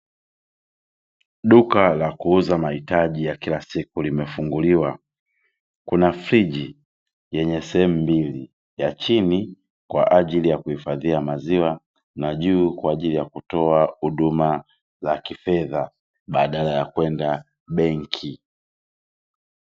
Duka la kuuza mahitaji ya kila siku limefunguliwa, kuna friji yenye sehemu mbili ya chini kwaajili ya kuhifadhia maziwa, na juu kwaajili ya kutoa huduma za kifedha badala ya kwenda benki.